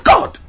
God